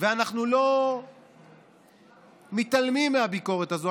ואנחנו לא מתעלמים מהביקורת הזאת,